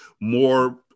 more